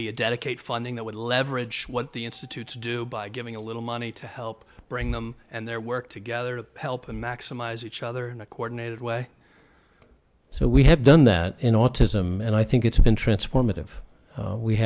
we dedicate funding that would leverage what the institutes do by giving a little money to help bring them and their work together to help them maximize each other in a coordinated way so we have done that in autism and i think it's been transformative